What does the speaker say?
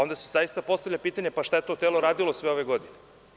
Onda se zaista postavlja pitanje šta je to telo radilo sve ove godine?